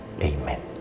Amen